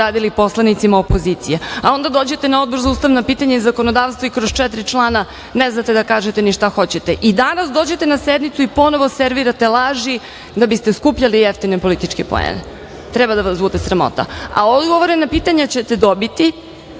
znam šta uradili poslanicima opozicije, a onda dođete na Odbor za ustavna pitanja i zakonodavstvo i kroz četiri člana ne znate da kažete ni šta hoćete. Danas dođete na sednicu i ponovo servirate laži da biste skupljali jeftine političke poene. Treba da vas bude sramota. Odgovore na pitanja ćete dobiti,